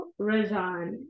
Rajan